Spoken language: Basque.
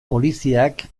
poliziak